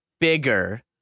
bigger